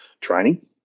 training